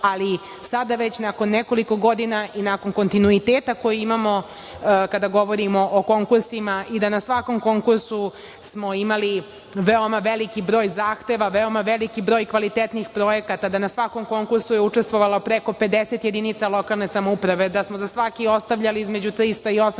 ali sada već nakon već nekoliko godina i nakon kontinuiteta koji imamo, kada govorimo o konkursima i da na svakom konkursu smo imali veoma veliki broj zahteva, veoma veliki broj kvalitetnih projekata, da na svakom konkursu je učestvovalo preko 50 jedinica lokalne samouprave, da smo za svaki ostavljali između 300